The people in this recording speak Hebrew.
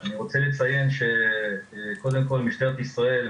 אני רוצה לציין שמשטרת ישראל,